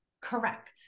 Correct